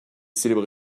célébré